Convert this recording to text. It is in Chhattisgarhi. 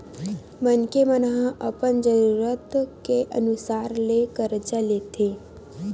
मनखे मन ह अपन जरूरत के अनुसार ले करजा लेथे